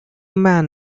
man